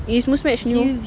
is Muzmatch new